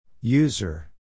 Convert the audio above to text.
User